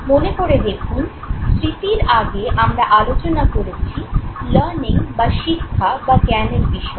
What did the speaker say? মনে করে দেখুন স্মৃতির আগে আমরা আলোচনা করেছি "লার্নিং" বা শিক্ষা বা জ্ঞানের বিষয়ে